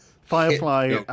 firefly